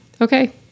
Okay